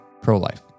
pro-life